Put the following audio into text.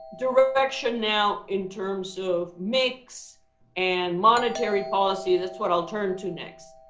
direction now in terms of mix and monetary policy, that's what i'll turn to next.